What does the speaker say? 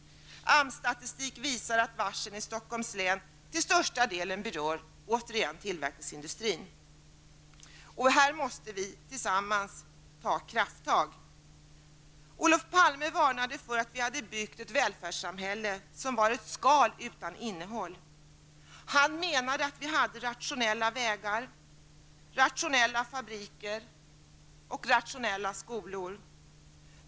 AMS-statistik visar att varslen i Stockholms län till största delen återigen berör tillverkningsindustrin. Här måste vi tillsammans ta krafttag. Olof Palme varnade för att vi hade byggt ett välfärdssamhälle, som var ett skal utan innehåll. Han menade att vi hade rationella vägar, rationella fabriker och rationella skolor.